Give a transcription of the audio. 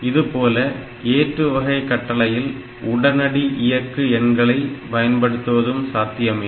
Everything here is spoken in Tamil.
இதுபோல ஏற்று வகை கட்டளையில் உடனடி இயக்கு எண்களை பயன்படுத்துவதும் சாத்தியமே